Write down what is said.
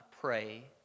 pray